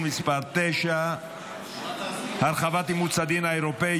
מס' 9 והוראת שעה) (הרחבת אימוץ הדין האירופי,